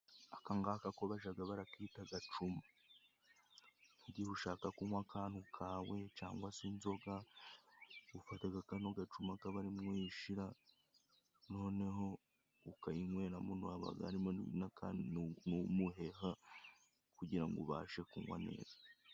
Aka ngakako bajya bakita agacuma, nk' igihe ushaka kunywa akantu kawe cyangwa se inzoga ufata kano gacuma akaba arimwo uyishyira noneho ukayinyweramo. Haba harimo n'umuheha kugira ngo ubashe kunywa neza.